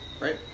right